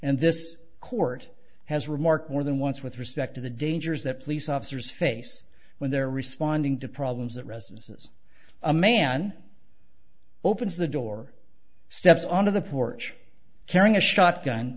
and this court has remarked more than once with respect to the dangers that police officers face when they're responding to problems at residences a man opens the door steps onto the porch carrying a shotgun